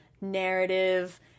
narrative